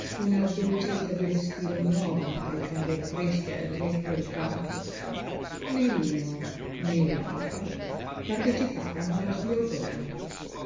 una dolcezza di respiro nuovo tra il candor fresco del letto rifatto né l'uno né l'altra partecipavano alla sua gioja